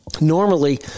normally